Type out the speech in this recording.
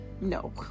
No